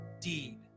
deed